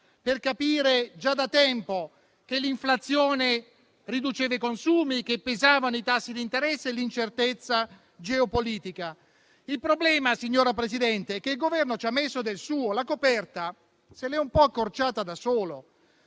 per capire già da tempo che l'inflazione avrebbe ridotto i consumi e che i tassi di interesse e l'incertezza geopolitica avrebbero pesato. Il problema, signor Presidente, è che il Governo ci ha messo del suo, la coperta se l'è un po' accorciata da solo.